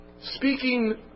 Speaking